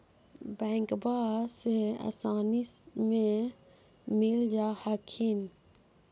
बैंकबा से आसानी मे मिल जा हखिन?